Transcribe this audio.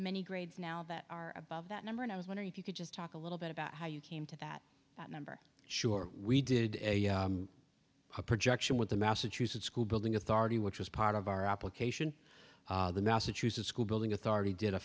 many grades now that are above that number and i was wondering if you could just talk a little bit about how you came to that number sure we did a projection with the massachusetts school building authority which was part of our application the massachusetts school building authority did a